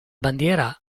bandiera